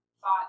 thought